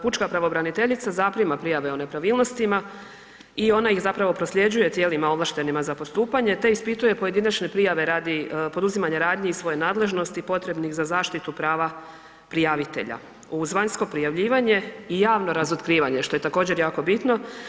Pučka pravobraniteljica zaprima prijave o nepravilnostima i ona ih prosljeđuje tijelima ovlaštenim za postupanje te ispituje pojedinačne prijave radi poduzimanja radnji iz svoje nadležnosti potrebnih za zaštitu prava prijavitelja uz vanjsko prijavljivanje i javno razotkrivanje, što je također jako bitno.